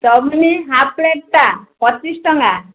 chowmein half ପ୍ଲେଟ୍ଟା ପଚିଶ୍ ଟଙ୍କା